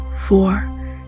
four